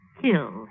kill